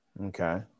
okay